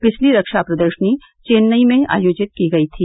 पिछली रक्षा प्रदर्शनी चेन्नई में आयोजित की गयी थी